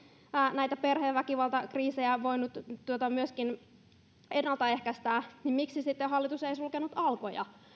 näitä perheväkivaltakriisejä voinut ennaltaehkäistä niin miksi sitten hallitus ei sulkenut alkoja